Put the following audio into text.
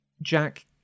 jack